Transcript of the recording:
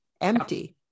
empty